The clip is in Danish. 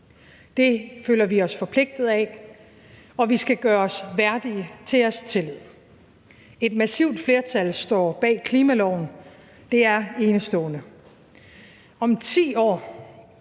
Det føler vi os forpligtet af, og vi skal gøre os værdige til jeres tillid. Et massivt flertal står bag klimaloven. Det er enestående. Om 10 år